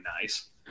nice